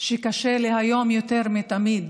שקשה לי היום יותר מתמיד